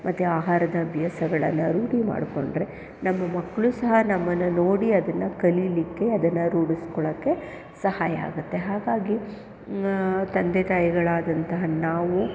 ಮತ್ತು ಆಹಾರದ ಅಭ್ಯಾಸಗಳನ್ನ ರೂಢಿ ಮಾಡಿಕೊಂಡ್ರೆ ನಮ್ಮ ಮಕ್ಕಳು ಸಹ ನಮ್ಮನ್ನ ನೋಡಿ ಅದನ್ನು ಕಲಿಲಿಕ್ಕೆ ಅದನ್ನು ರೂಢಿಸ್ಕೊಳಕ್ಕೆ ಸಹಾಯ ಆಗುತ್ತೆ ಹಾಗಾಗಿ ತಂದೆ ತಾಯಿಗಳಾದಂತಹ ನಾವು